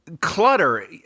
clutter